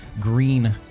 green